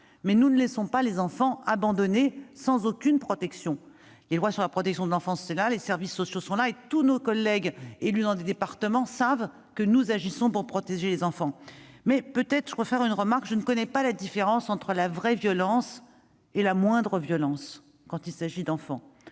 mais nous ne laissons pas les enfants abandonnés sans aucune protection. Les lois sur la protection de l'enfance sont là, les services sociaux sont là et tous nos collègues élus dans des départements savent que nous agissons pour protéger nos enfants. Par ailleurs, je ne connais pas la différence entre la « vraie » violence et la « moindre » violence quand il s'agit d'enfants.